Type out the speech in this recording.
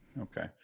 Okay